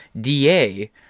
DA